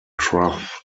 trough